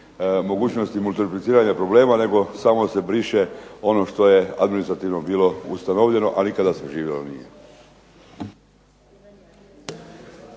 mogućnosti multipliciranja problema, nego samo se briše ono što je administrativno bilo ustanovljeno, a nikada saživjelo nije.